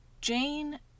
Jane